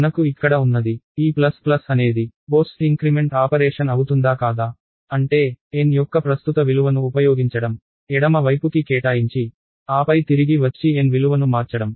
మనకు ఇక్కడ ఉన్నది ఈ ప్లస్ ప్లస్ అనేది పోస్ట్ ఇంక్రిమెంట్ ఆపరేషన్ అవుతుందా కాదా అంటే n యొక్క ప్రస్తుత విలువను ఉపయోగించడం ఎడమ వైపుకి కేటాయించి ఆపై తిరిగి వచ్చి n విలువను మార్చడం